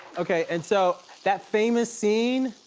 okay and so that famous scene,